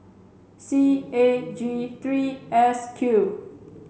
C A G three S Q